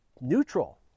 neutral